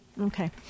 Okay